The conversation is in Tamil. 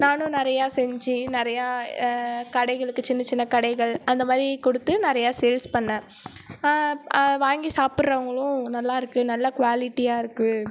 நானும் நிறைய செஞ்சு நிறையா கடைகளுக்கு சின்ன சின்ன கடைகள் அந்த மாதிரி கொடுத்து நிறைய சேல்ஸ் பண்ணிணேன் வாங்கி சாப்பிடறவங்களும் நல்லா இருக்குது நல்லா குவாலிட்டியாக இருக்குது